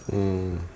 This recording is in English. mm